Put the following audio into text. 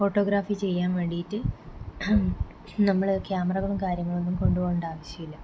photography ചെയ്യാൻ വേണ്ടിയിട്ട് നമ്മൾ ക്യാമറകളും കാര്യങ്ങളും ഒന്നും കൊണ്ടുപോവേണ്ട ആവശ്യമില്ല